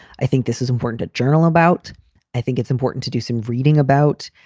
i think this is important. a journal about i think it's important to do some reading about.